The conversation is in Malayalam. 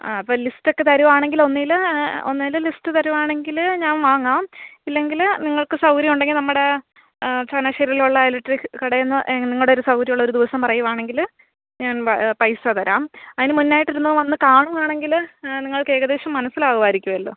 ആ അപ്പോൾ ലിസ്റ്റ് ഒക്കെ തരുവാണെങ്കിൽ ഒന്നുകിൽ ഒന്നുകിൽ ലിസ്റ്റ് തരുവാണെങ്കിൽ ഞാൻ വാങ്ങാം ഇല്ലെങ്കിൽ നിങ്ങൾക്ക് സൗകര്യം ഉണ്ടെങ്കിൽ നമ്മുടെ ചങ്ങനാശ്ശേരിയിലുള്ള ഇലക്ട്രിക് കടയിൽ നിന്ന് നിങ്ങളുടെ ഒരു സൗകര്യം ഉള്ള ഒരു ദിവസം പറയുവാണെങ്കിൽ ഞാൻ പൈസ തരാം അതിന് മുന്നെ ആയിട്ട് ഇതൊന്ന് വന്ന് കാണുവാണെങ്കിൽ നിങ്ങൾക്ക് ഏകദേശം മനസ്സിലാവുമായിരിക്കുമല്ലോ